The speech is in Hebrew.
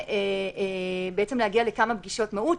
הם מגיעים לכמה פגישות מהות,